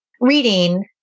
reading